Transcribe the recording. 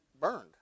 burned